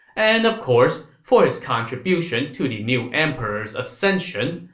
and of course, for his contribution to the new emperor's ascension,